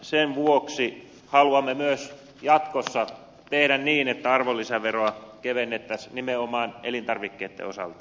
sen vuoksi haluamme myös jatkossa tehdä niin että arvonlisäveroa kevennettäisiin nimenomaan elintarvikkeiden osalta